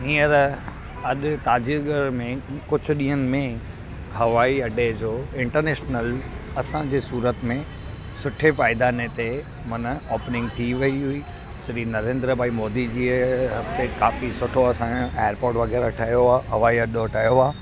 ईअं त अॼु तव्हांजे घर में कुझु ॾींहनि में हवाई अडे जो इंटरनैशनल असांजे सूरत में सुठे पायदाने ते माना ओपनिंग थी वई हुई श्री नरेंद्र भाई मोदी जी हफ़्ते काफ़ी सुठो असांजा ऐयरपोट वग़ैरह ठहियो आहे हवाई अडो ठहियो आहे